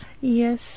Yes